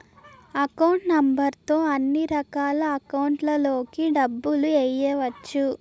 account number తో అన్నిరకాల అకౌంట్లలోకి డబ్బులు ఎయ్యవచ్చు